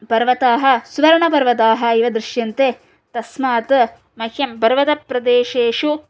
पर्वताः स्वर्णपर्वताः इव दृश्यन्ते तस्मात् मह्यं पर्वतप्रदेशेषु